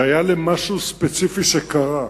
זה היה על משהו ספציפי שקרה,